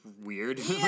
weird